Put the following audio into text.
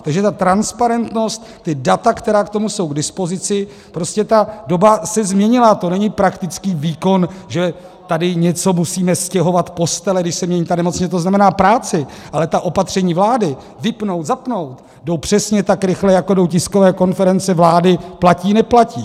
Takže ta transparentnost, ta data, která k tomu jsou k dispozici, prostě ta doba se změnila, to není praktický výkon, že tady něco musíme stěhovat, postele, když se mění ta nemoc, to znamená, práci, ale ta opatření vlády, vypnout, zapnout, jdou přesně tak rychle, jako jdou tiskové konference vlády, platíneplatí.